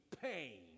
pain